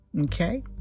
Okay